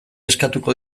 eskatuko